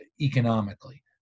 economically